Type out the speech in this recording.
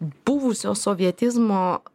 buvusio sovietizmo